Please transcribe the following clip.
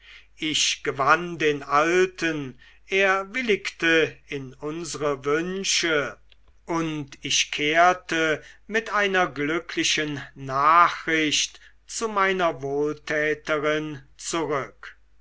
ich gewann den alten er willigte in unsere wünsche und ich kehrte mit einer glücklichen nachricht zu meiner wohltäterin zurück